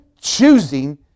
choosing